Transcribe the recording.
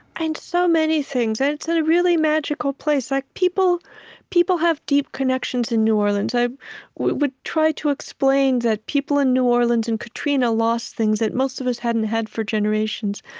in so many things, and it's and a really magical place. like people people have deep connections in new orleans. i would try to explain that people in new orleans and katrina lost things that most of us hadn't had for generations.